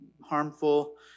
harmful